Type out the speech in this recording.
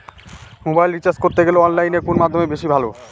মোবাইলের রিচার্জ করতে গেলে অনলাইনে কোন মাধ্যম বেশি ভালো?